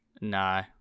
No